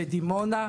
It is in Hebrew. בדימונה,